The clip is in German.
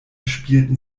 spielten